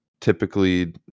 typically